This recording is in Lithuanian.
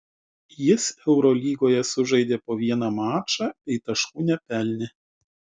jis eurolygoje sužaidė po vieną mačą bei taškų nepelnė